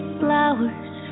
flowers